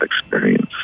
experience